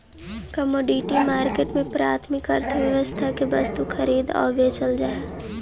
commodity market में प्राथमिक अर्थव्यवस्था के वस्तु खरीदी आऊ बेचल जा हइ